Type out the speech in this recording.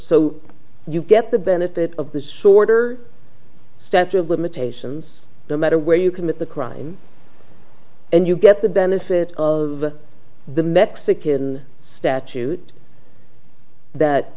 so you get the benefit of the shorter steps or limitations no matter where you commit the crime and you get the benefit of the mexican statute that